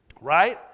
right